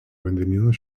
vandenyno